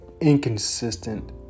inconsistent